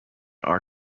are